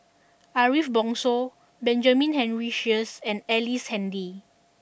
Ariff Bongso Benjamin Henry Sheares and Ellice Handy